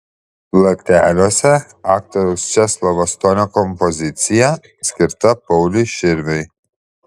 plateliuose aktoriaus česlovo stonio kompozicija skirta pauliui širviui